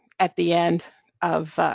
at the end of